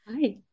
Hi